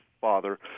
father